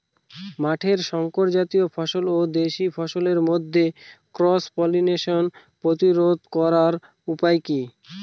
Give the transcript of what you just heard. মাঠের শংকর জাতীয় ফসল ও দেশি ফসলের মধ্যে ক্রস পলিনেশন প্রতিরোধ করার উপায় কি?